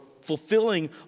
fulfilling